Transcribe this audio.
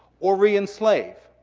or re-enslave.